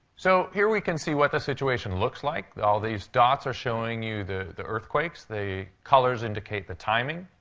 so here we can see what the situation looks like. all these dots are showing you the the earthquakes. the colors indicate the timing.